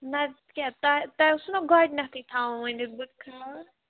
نَتہٕ کیٛاہ تۄہہِ تۄہہِ اوسوٕ نا گۄڈنٮ۪تھٕے تھاوُن ؤنِتھ بہٕ